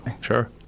Sure